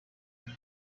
and